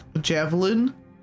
Javelin